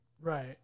Right